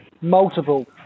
Multiple